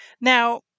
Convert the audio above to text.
Now